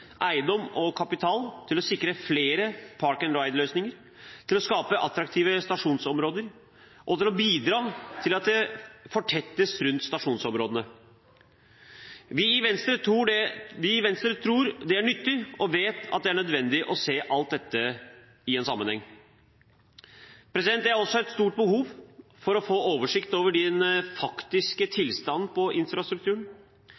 eiendom og kapital til å sikre flere «park and ride»-løsninger, til å skape attraktive stasjonsområder og til å bidra til at det fortettes rundt stasjonsområdene. Vi i Venstre tror det er nyttig og vet at det er nødvendig å se alt dette i en sammenheng. Det er også et stort behov for å få oversikt over den faktiske tilstanden på infrastrukturen.